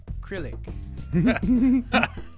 acrylic